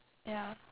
ya